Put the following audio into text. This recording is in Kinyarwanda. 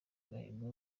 agahigo